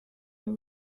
her